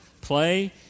play